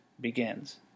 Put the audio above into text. begins